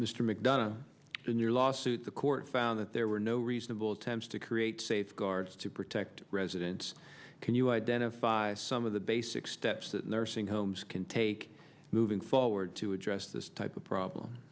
mr mcdonough in your lawsuit the court found that there were no reasonable attempts to create safeguards to protect residents can you identify some of the basic steps that nursing homes can take moving forward to address this type of problem